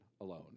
alone